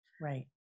Right